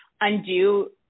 undo